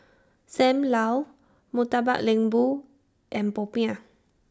SAM Lau Murtabak Lembu and Popiah